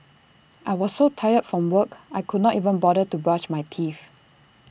I was so tired from work I could not even bother to brush my teeth